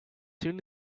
soon